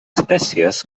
espècies